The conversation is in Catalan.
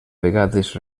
vegades